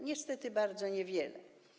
Niestety bardzo niewiele.